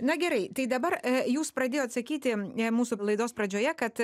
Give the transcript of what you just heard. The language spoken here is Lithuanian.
na gerai tai dabar jūs pradėjot sakyti mūsų laidos pradžioje kad